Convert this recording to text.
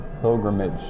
pilgrimage